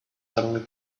suddenly